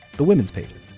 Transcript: the women's pages.